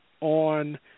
on